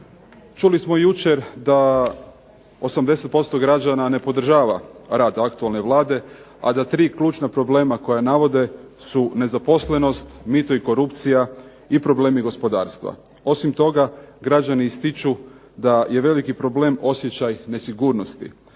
Čuli smo jučer da 80% građana ne podržava rad aktualne Vlade, a da 3 ključna problema koja navode su nezaposlenost, mito i korupcija i problemi gospodarstva. Osim toga građani ističu da je veliki problem osjećaj nesigurnosti.